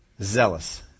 zealous